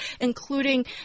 including